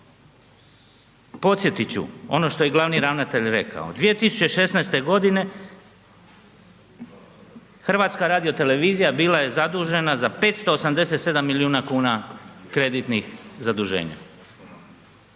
Podsjetit ću ono što je glavni ravnatelj rekao, 2016. godine HRT bila je zadužena za 587 milijuna kuna kreditnih zaduženja,